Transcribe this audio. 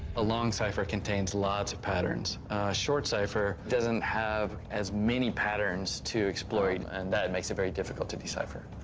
a long cipher contains lots of patterns. a short cipher doesn't have as many patterns to exploit. and that makes it very difficult to decipher.